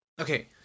Okay